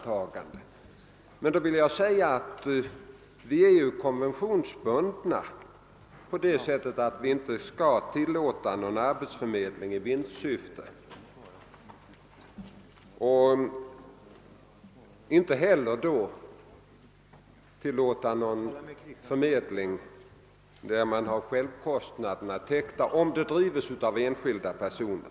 Jag vill emellertid framhålla att vi genom en konvention är bundna till att i vårt land inte tillåta någon arbetsförmedling i vinstsyfte; detta gäller även arbetsförmedling på självkostnadsbasis bedriven av enskilda personer.